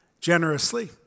generously